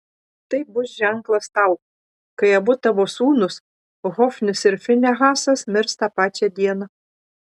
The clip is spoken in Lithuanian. tai bus ženklas tau kai abu tavo sūnūs hofnis ir finehasas mirs tą pačią dieną